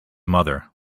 mother